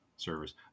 servers